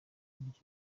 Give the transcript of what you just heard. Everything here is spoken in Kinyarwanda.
uburyo